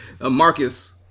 Marcus